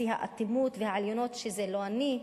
בשיא האטימות והעליונות: זה לא אני,